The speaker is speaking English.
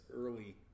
early